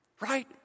right